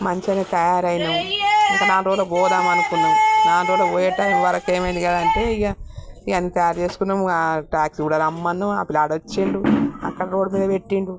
మంచిగా తయారయినాం ఇంక నాల్గు రోజులో పోదామనుకున్నాం నాల్గు రోజులో పోయే టైం వరకు ఏమైంది కదంటే ఇక ఇవన్నీ తయారు చేసుకున్నాం ఆ ట్యాక్సీ కూడా రమ్మన్నాం ఆ పిల్లాడొచ్చాడు అక్కడ రోడ్డు మీద పెట్టాడు